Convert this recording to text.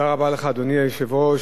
חברי חברי הכנסת,